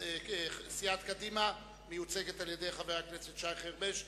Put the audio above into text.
סיעת קדימה מיוצגת על-ידי חבר הכנסת שי חרמש,